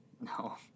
No